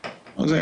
יש כאן